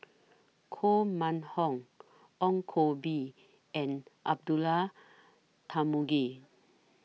Koh Mun Hong Ong Koh Bee and Abdullah Tarmugi